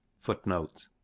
Footnote